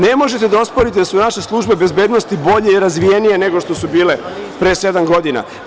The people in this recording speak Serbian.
Ne možete da osporite da su naše službe bezbednosti bolje i razvijenije nego što su bile pre sedam godina.